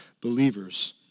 believers